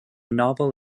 novel